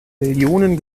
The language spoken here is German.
millionen